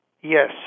Yes